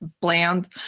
Bland